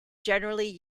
generally